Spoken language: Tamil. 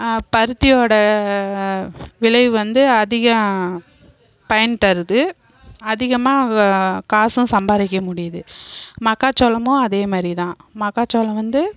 பருத்தியோடய விளைவு வந்து அதிகம் பயன் தருது அதிகமாக காசும் சம்பாதிக்க முடியுது மக்காச்சோளோமும் அதேமாரி தான் மக்காச்சோளம் வந்து